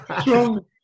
strong